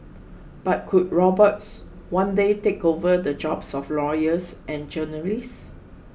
but could robots one day take over the jobs of lawyers and journalists